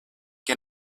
que